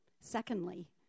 Secondly